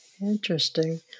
Interesting